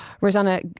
Rosanna